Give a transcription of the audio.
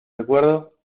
recuerdo